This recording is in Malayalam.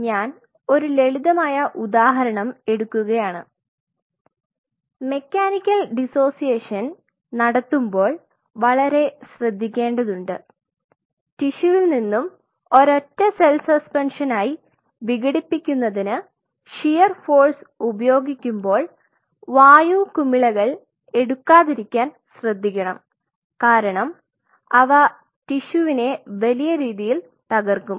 ഞാൻ ഒരു ലളിതമായ ഉദാഹരണം എടുക്കുകയാണ് മെക്കാനിക്കൽ ഡിസോസിയേഷൻ നടത്തുമ്പോൾ വളരെ ശ്രദ്ധിക്കേണ്ടതുണ്ട് ടിഷ്യുവിൽ നിന്നും ഒരൊറ്റ സെൽ സസ്പെൻഷനായി വിഘടിപ്പിക്കുന്നതിന് ഷിയർ ഉപയോഗിക്കുമ്പോൾ വായു കുമിളകൾ എടുക്കാതിരിക്കാൻ ശ്രദ്ധിക്കണം കാരണം അവ ടിഷ്യുവിനെ വലിയ രീതിയിൽ തകർക്കും